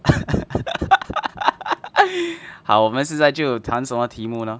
好我们现在就谈什么题目呢